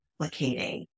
replicating